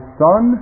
son